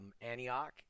Antioch